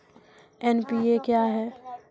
NPA क्या हैं?